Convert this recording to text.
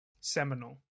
seminal